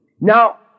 Now